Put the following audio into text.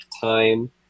time